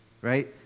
right